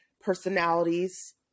personalities